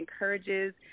encourages